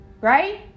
right